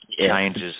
changes